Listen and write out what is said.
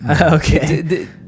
Okay